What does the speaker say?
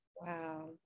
Wow